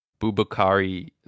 Bubakari